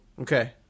Okay